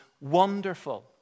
wonderful